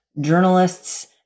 journalists